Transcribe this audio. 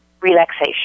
Relaxation